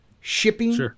shipping